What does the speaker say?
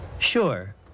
Sure